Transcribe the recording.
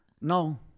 No